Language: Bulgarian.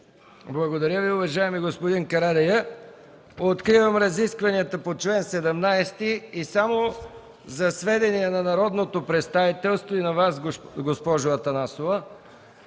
Благодаря Ви, уважаеми господин Карадайъ. Откривам разискванията по чл. 17. И само за сведение на народното представителство и на Вас, госпожо Атанасова,